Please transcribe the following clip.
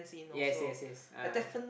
yes yes yes ah